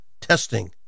testing